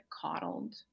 coddled